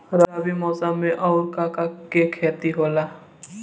रबी मौसम में आऊर का का के खेती होला?